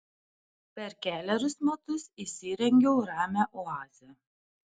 per kelerius metus įsirengiau ramią oazę